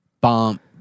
bump